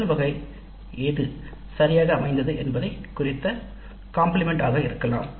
முதல் வகை எது சரியாக அமைந்தது என்பதைக் குறித்த காம்ப்ளிமென்ட் ஆக இருக்கலாம்